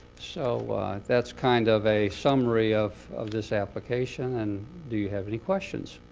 so that's kind of a summary of of this application. and do you have any questions?